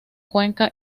cuenca